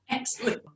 Excellent